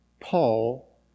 Paul